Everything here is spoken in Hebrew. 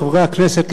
חברי הכנסת,